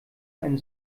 ein